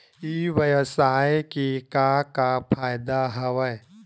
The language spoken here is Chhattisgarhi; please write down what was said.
ई व्यवसाय के का का फ़ायदा हवय?